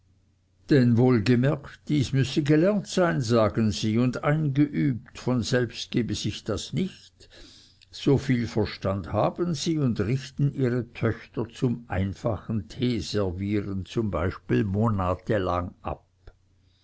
denn wohl gemerkt dies müsse gelernt sein sagen sie und eingeübt von selbst gebe das sich nicht so viel verstand haben sie und richten ihre töchter zum einfachen teeservieren zum beispiel monatelang ab